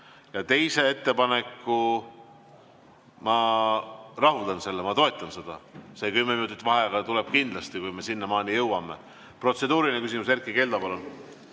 Teise ettepaneku ma rahuldan, ma toetan seda. See kümme minutit vaheaega tuleb kindlasti, kui me sinnamaani jõuame. Protseduuriline küsimus, Erkki Keldo, palun!